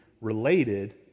related